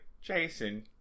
Jason